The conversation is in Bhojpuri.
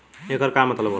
येकर का मतलब होला?